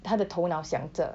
她的头脑想着